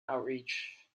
outreach